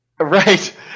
Right